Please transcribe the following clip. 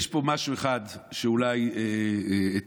יש פה משהו אחד שאולי הוא טעות,